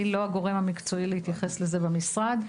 לא הגורם המקצועי להתייחס לזה במשרד.